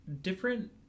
different